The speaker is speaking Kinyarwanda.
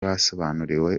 basobanuriwe